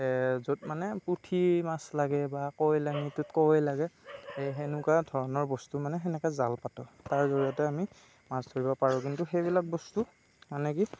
য'ত মানে পুঠি মাছ লাগে বা কাৱৈ লাঙীটোত কৱৈ লাগে সেনেকুৱা ধৰণৰ বস্তু মানে সেনেকে জাল পাতোঁ তাৰ জৰিয়তে আমি মাছ ধৰিব পাৰো কিন্তু সেইবিলাক বস্তু মানে কি